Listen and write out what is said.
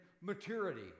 maturity